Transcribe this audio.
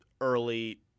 early